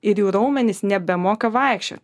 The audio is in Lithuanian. ir jų raumenys nebemoka vaikščiot